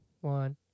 one